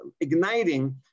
igniting